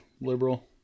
liberal